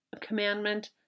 commandment